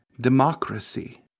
democracy